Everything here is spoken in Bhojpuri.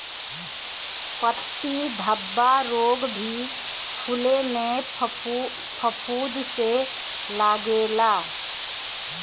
पत्ती धब्बा रोग भी फुले में फफूंद से लागेला